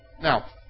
Now